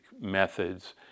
methods